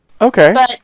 Okay